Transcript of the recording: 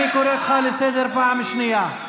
אני קורא אותך לסדר פעם שנייה.